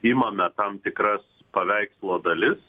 imame tam tikras paveikslo dalis